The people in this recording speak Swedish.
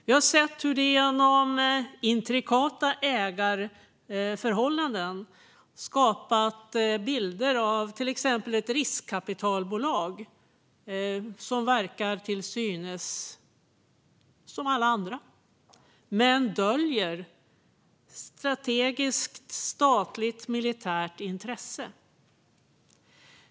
Vi har sett hur de genom intrikata ägarförhållanden skapat bilder av ett riskkapitalbolag som verkar till synes som alla andra men döljer sådant som är av strategiskt statligt militärt intresse.